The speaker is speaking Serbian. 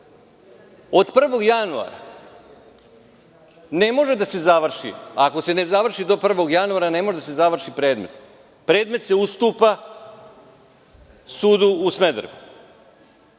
od 1. januara ne može da se završi, ako se ne završi do 1. januara ne može da se završi predmet, predmet se ustupa sudu u Smederevu.